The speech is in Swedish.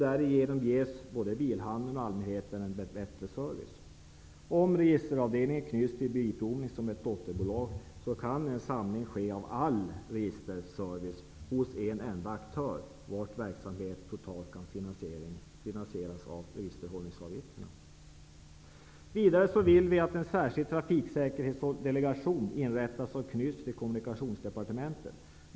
Därigenom ges både bilhandeln och allmänheten en bättre service. Om registeravdelningen knyts till Bilprovningen i form av ett dotterbolag, kan en samling ske av all registerservice hos en enda aktör, vars verksamhet kan finansieras av registerhållningsavgifter. Vidare vill vi att en särskild trafiksäkerhetsdelegation inrättas och knyts till Kommunikationsdepartementet.